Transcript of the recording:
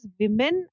women